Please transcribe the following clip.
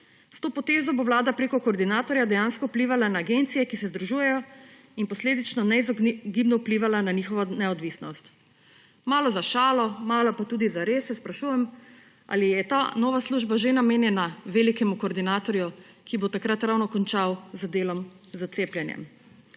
S to potezo bo Vlada preko koordinatorja dejansko vplivala na agencije, ki se združujejo in posledično neizogibno vplivala na njihovo neodvisnost. Malo za šalo, malo pa tudi zares se sprašujem, ali je ta nova služba že namenjena velikemu koordinatorju, ki bo takrat ravno končal z delom s cepljenjem.